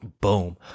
Boom